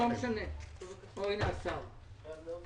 הייתי שם לפני שבועיים שלושה.